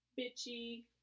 Bitchy